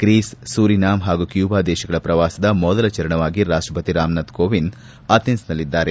Greece Suriname ಹಾಗೂ Cuba ದೇಶಗಳ ಪ್ರವಾಸದ ಮೊದಲ ಚರಣವಾಗಿ ರಾಷ್ಟಪತಿ ರಾಮನಾಥ್ ಕೋವಿಂದ್ ಅಥೆನ್ಸ್ನಲ್ಲಿದ್ದಾರೆ